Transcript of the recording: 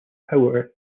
power